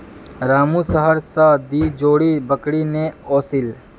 रामू शहर स दी जोड़ी बकरी ने ओसील